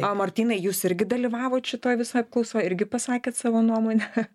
martynai jūs irgi dalyvavot šitoj visoj apklausoj irgi pasakėt savo nuomonę